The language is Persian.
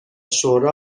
شوری